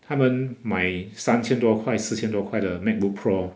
他们买三千多块四千多块的 macbook pro